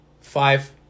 Five